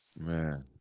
Man